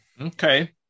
okay